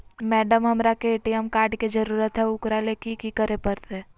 Madam, हमरा के ATM card के जरूरत है ऊकरा ले की की करे परते?